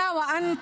אלו היו